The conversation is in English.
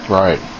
right